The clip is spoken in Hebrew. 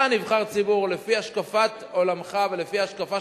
אתה נבחר ציבור לפי השקפת עולמך ולפי ההשקפה